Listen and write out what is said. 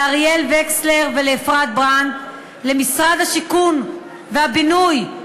לאריאל וכסלר ולאפרת ברנד, למשרד השיכון והבינוי,